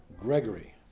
Gregory